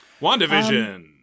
WandaVision